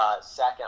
second